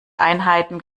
einheiten